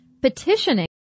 petitioning